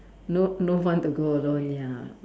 no no fun to go alone ya